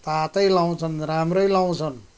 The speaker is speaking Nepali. तातै लाउँछन् राम्रै लाउँछन्